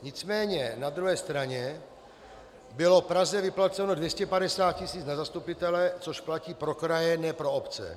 Nicméně na druhé straně bylo Praze vyplaceno 250 tisíc na zastupitele, což platí pro kraje, ne pro obce.